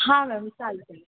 हां मॅम चालतं आहे